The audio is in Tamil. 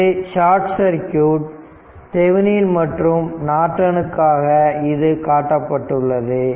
இது ஷார்ட் சர்க்யூட் தெவனின் மற்றும் நார்டனுக்காக இது காட்டப்பட்டுள்ளது